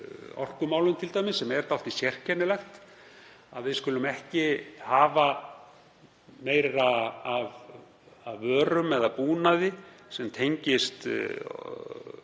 orkumálum. Það er dálítið sérkennilegt að við skulum ekki hafa meira af vörum eða búnaði sem tengist